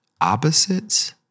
opposites